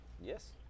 Yes